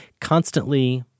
constantly